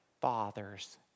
father's